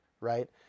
right